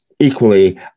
Equally